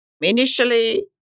Initially